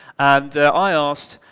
and i asked,